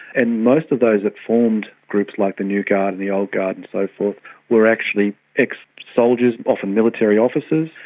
and most of those that formed groups like the new guard and the old guard and so forth were actually ex-soldiers, often military officers,